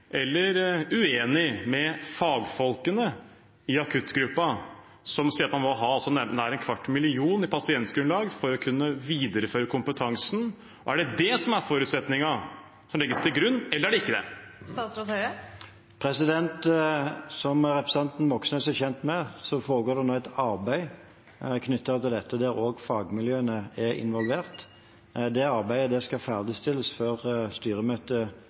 eller uenig med fagfolkene i akuttgruppen, som sier at man må ha et pasientgrunnlag på nær en kvart million for å kunne videreføre kompetansen? Er det den forutsetningen som legges til grunn, eller er det ikke det? Som representanten Moxnes er kjent med, foregår det nå et arbeid knyttet til dette, der også fagmiljøene er involvert. Det arbeidet skal ferdigstilles før